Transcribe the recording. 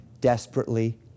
desperately